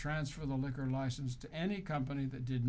transfer a liquor license to any company that did